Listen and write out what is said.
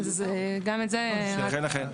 אז גם את זה --- אכן, אכן.